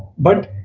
but